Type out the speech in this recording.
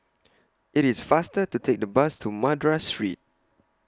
IT IS faster to Take The Bus to Madras Street